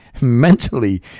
mentally